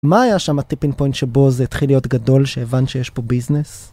מה היה שם ה-Tipping Point שבו זה התחיל להיות גדול, שהבנת שיש פה ביזנס?